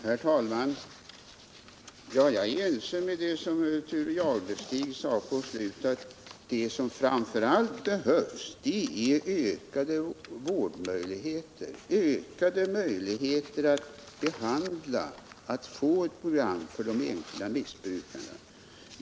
Herr talman! Jag håller med om det Thure Jadestig sade i slutet av sitt anförande. Det som framför allt behövs är ökade vårdmöjligheter, ökade möjligheter att få ett behandlingsprogram för de enskilda missbrukarna.